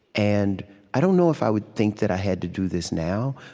and i don't know if i would think that i had to do this now,